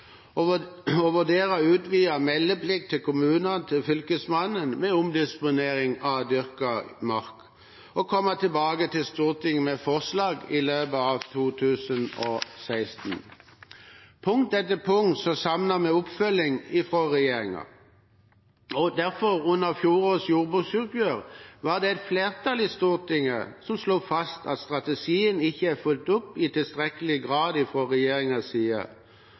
vurdere utvidet meldeplikt for kommunene til Fylkesmannen ved omdisponering av dyrket mark, og komme tilbake til Stortinget med forslag i løpet av 2016. På punkt etter punkt savner vi oppfølging fra regjeringen, og derfor var det i forbindelse med fjorårets jordbruksoppgjør et flertall i Stortinget som slo fast at strategien ikke var fulgt opp i tilstrekkelig grad fra regjeringens side.